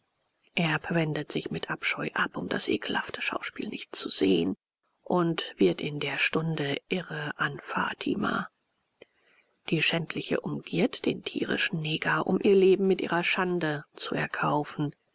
erb wendet sich mit abscheu ab um das ekelhafte schauspiel nicht zu sehen und wird in der stunde irre an fatima die schändliche umgirrt den tierischen neger um ihr leben mit ihrer schande zu erkaufen